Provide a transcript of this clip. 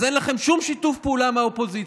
אז אין לכם שום שיתוף פעולה מהאופוזיציה.